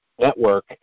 network